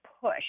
push